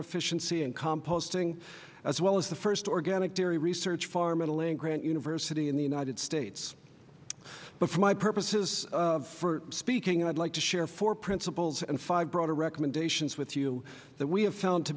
efficiency and composting as well as the first organic dairy research farm on a land grant university in the united states but for my purposes for speaking i would like to share four principles and five broader recommendations with you that we have found to